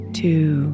two